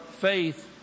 faith